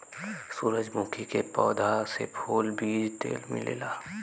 सूरजमुखी के पौधा से फूल, बीज तेल मिलेला